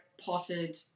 potted